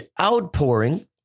outpouring